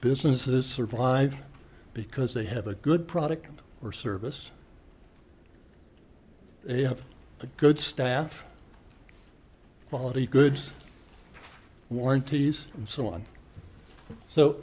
businesses survive because they have a good product or service they have good staff quality goods warranties and so on so